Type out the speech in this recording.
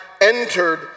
entered